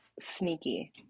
sneaky